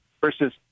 versus